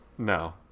No